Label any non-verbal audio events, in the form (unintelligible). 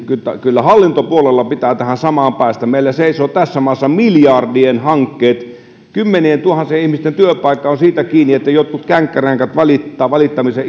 kyllä hallintopuolella pitää tähän samaan päästä meillä seisovat tässä maassa miljardien hankkeet kymmenientuhansien ihmisten työpaikka on siitä kiinni että jotkut känkkäränkät valittavat valittamisen (unintelligible)